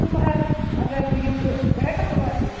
صُبحَس اگر بہٕ یِم تہٕ بہٕ ہیٚکا صُبحَس یِتھ